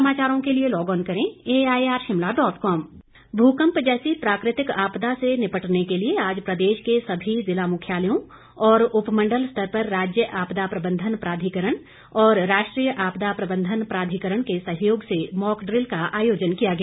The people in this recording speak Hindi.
मॉक ड्रिल भूकम्प जैसी प्राकृतिक आपदा से निपटने के लिए आज प्रदेश के सभी जिला मुख्यालयों और उपमंडल स्तर पर राज्य आपदा प्रबंधन प्राधिकरण और राष्ट्रीय आपदा प्रबंधन प्राधिकरण के सहयोग से मॉक ड्रिल का आयोजन किया गया